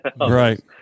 Right